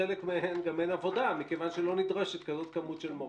לחלק מהן גם אין עבודה מכיוון שלא נדרשת כזו כמות של מורות.